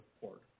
support